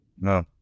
No